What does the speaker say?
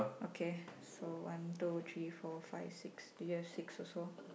okay so one two three four five six do you have six also